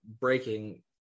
breaking